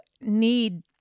need